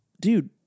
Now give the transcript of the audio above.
dude